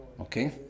Okay